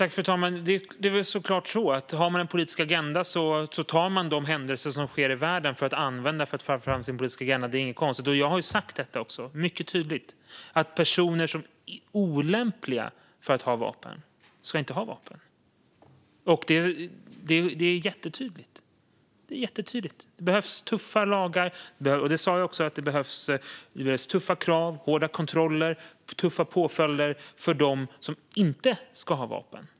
Fru talman! Det är väl klart att det är så: Har man en politisk agenda tar man de händelser som sker i världen och använder dem för att föra fram sin politiska agenda. Det är inget konstigt. Jag har också sagt mycket tydligt att personer som är olämpliga att ha vapen inte ska ha vapen. Det är jättetydligt. Det behövs tuffa lagar, vilket jag sa. Det behövs tuffa krav, hårda kontroller och tuffa påföljder för dem som inte ska ha vapen.